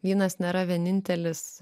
vynas nėra vienintelis